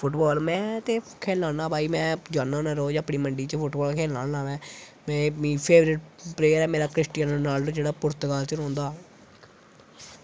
football में ते खेढा ना भई में जन्ना होन्ना रोज़ अपनी मंडी च फुटबॉल खेढना होन्ना में मेरा फेवरेट प्लेयर क्रिस्टियानो रोनाल्डो जेह्ड़ा पुर्तगल च रौंह्दा